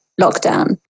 lockdown